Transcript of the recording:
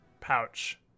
pouch